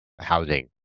housing